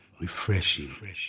refreshing